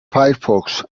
firefox